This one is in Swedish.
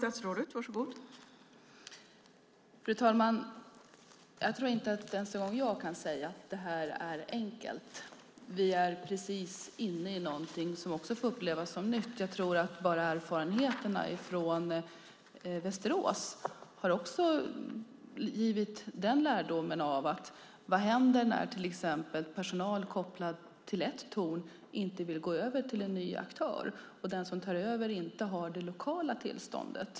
Fru talman! Jag tror inte att ens jag kan säga att det här enkelt. Vi är precis inne i någonting som vi upplever som nytt. Bara erfarenheterna från Västerås har givit lärdomen vad som händer när personal kopplad till ett torn inte vill gå över till en ny aktör och den som tar över inte har det lokala tillståndet.